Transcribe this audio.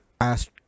asked